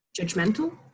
judgmental